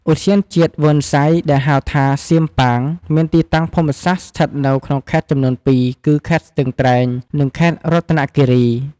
ឧទ្យានជាតិវ៉ើនសៃ ដែលហៅថា សៀមប៉ាង មានទីតាំងភូមិសាស្ត្រស្ថិតនៅក្នុងខេត្តចំនួនពីរគឺ ខេត្តស្ទឹងត្រែង និងខេត្តរតនគិរី។